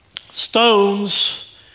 stones